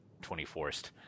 24th